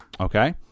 Okay